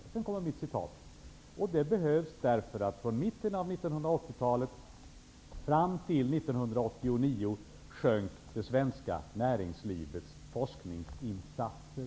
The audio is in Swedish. Sedan kommer mitt citat: ''Och det behövs därför att från mitten av 1980-talet fram till 1989 sjönk det svenska näringslivets forskningsinsatser.''